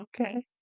Okay